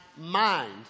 mind